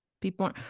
people